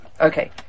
Okay